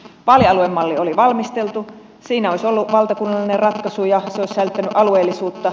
vaalialueen malli oli valmisteltu siinä olisi ollut valtakunnallinen ratkaisu ja se olisi säilyttänyt alueellisuutta